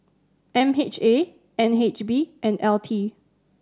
M H A N H B and L T